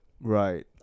Right